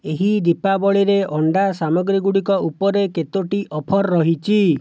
ଏହି ଦୀପାବଳିରେ ଅଣ୍ଡା ସାମଗ୍ରୀ ଗୁଡ଼ିକ ଉପରେ କେତୋଟି ଅଫର୍ ରହିଛି